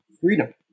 freedom